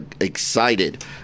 excited